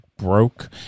Broke